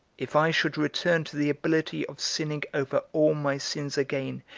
if i should return to the ability of sinning over all my sins again,